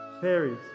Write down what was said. Fairies